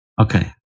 Okay